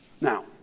Now